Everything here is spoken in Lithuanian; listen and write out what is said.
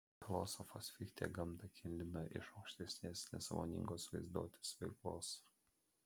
filosofas fichtė gamtą kildino iš aukštesnės nesąmoningos vaizduotės veiklos